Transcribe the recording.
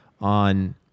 on